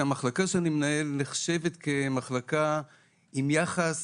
שהמחלקה שאני מנהל נחשבת כמחלקה עם יחס